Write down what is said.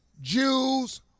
Jews